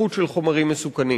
ולהתלקחות של חומרים מסוכנים.